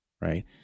right